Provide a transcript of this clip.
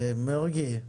מרגי.